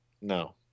No